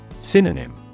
Synonym